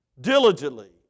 diligently